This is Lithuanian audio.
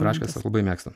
braškes aš labai mėgstu